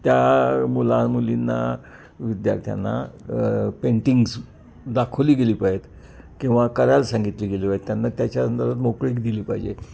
त्या मुला मुलींना विद्यार्थ्यांना पेंटिंग्स दाखवली गेली पाहिजेत किंवा करायला सांगितली गेली पाहिजेत त्यांना त्याच्या अंदर मोकळीक दिली पाहिजे